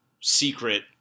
secret